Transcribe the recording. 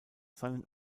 seinen